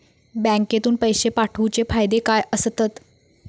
बँकेतून पैशे पाठवूचे फायदे काय असतत?